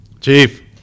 Chief